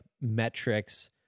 metrics